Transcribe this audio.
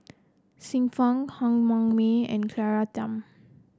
Xiu Fang Han Yong May and Claire Tham